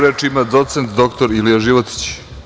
Reč ima doc. dr Ilija Životić.